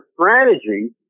strategy